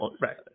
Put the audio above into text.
right